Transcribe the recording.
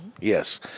yes